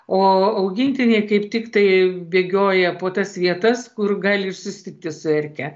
o augintiniai kaip tiktai bėgioja po tas vietas kur gali ir susitikti su erke